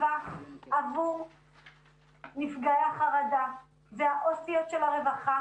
עבור נפגעי החרדה והעו"סיות של הרווחה